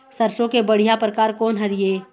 सरसों के बढ़िया परकार कोन हर ये?